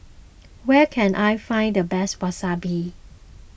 where can I find the best Wasabi